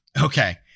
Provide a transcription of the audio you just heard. Okay